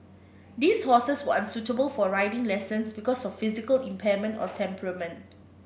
these horses were unsuitable for riding lessons because of physical impairment or temperament